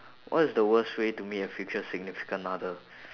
what is the worst way to meet a future significant other